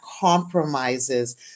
compromises